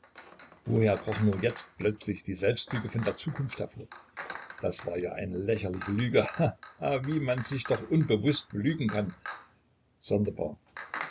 woher kroch nur jetzt plötzlich die selbstlüge von der zukunft hervor das war ja eine lächerliche lüge ha ha ha wie man sich doch unbewußt belügen kann sonderbar